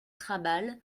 krabal